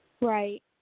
Right